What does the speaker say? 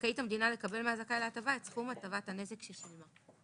זכאית המדינה לקבל מהזכאי להטבה את סכום הטבת הנזק ששולמה.